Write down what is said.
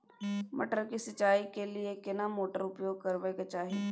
मटर के सिंचाई के लिये केना मोटर उपयोग करबा के चाही?